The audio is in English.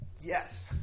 Yes